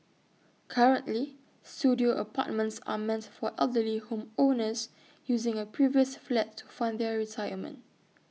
currently Studio apartments are meant for elderly home owners using A previous flat to fund their retirement